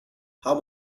how